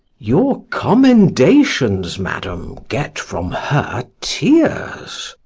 your commendations, madam, get from her tears.